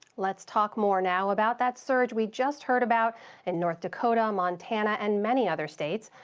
let's talk more now about that surge we just heard about in north dakota, montana, and many other states,